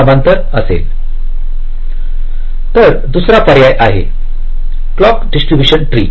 तर दुसरा पर्याय आहे क्लॉक डिस्ट्रीब्यूशन ट्री